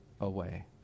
away